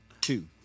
Two